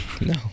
no